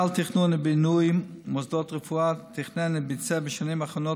מינהל תכנון ובינוי מוסדות רפואה תכנן וביצע בשנים האחרונות